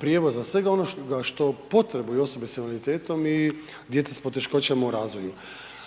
prijevoza, svega onoga što potrebuju osobe s invaliditetom i djeca s poteškoćama u razvoju.